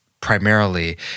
primarily